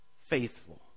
faithful